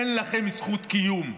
אין לכם זכות קיום.